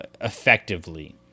effectively